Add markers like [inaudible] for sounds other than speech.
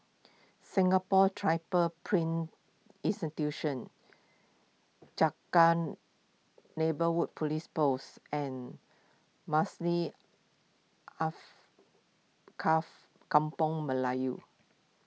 Singapore [unintelligible] Print Institution Changkat Neighbourhood Police Post and Maslid [unintelligible] Kampung Melayu